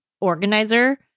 organizer